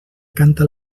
canta